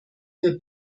für